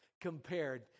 compared